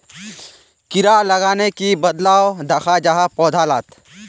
कीड़ा लगाले की बदलाव दखा जहा पौधा लात?